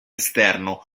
esterno